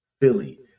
Philly